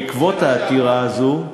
בעקבות העתירה הזאת,